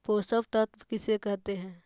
पोषक तत्त्व किसे कहते हैं?